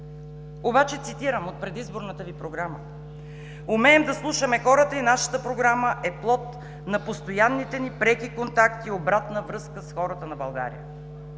Обаче цитирам от предизборната Ви програма: „умеем да слушаме хората и нашата програма е плод на постоянните ни преки контакти и обратна връзка с хората на България“.